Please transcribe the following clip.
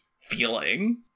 feeling